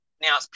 now